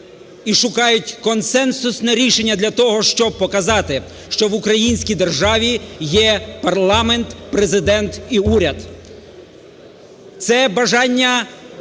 і шукають консенсусне рішення для того, щоб показати, що в українській державі є парламент, Президента і уряд. Це бажання